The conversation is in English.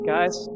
Guys